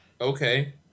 Okay